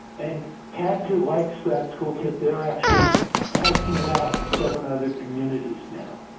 and cadca likes that toolkit they're actually testing it out in seven other communities now.